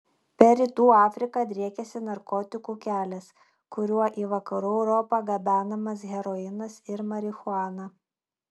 per rytų afriką driekiasi narkotikų kelias kuriuo į vakarų europą gabenamas heroinas ir marihuana